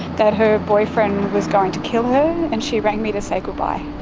that her boyfriend was going to kill her and she rang me to say goodbye.